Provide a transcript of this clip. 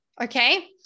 okay